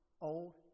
old